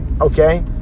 okay